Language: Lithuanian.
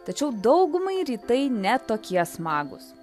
tačiau daugumai rytai ne tokie smagūs